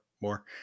more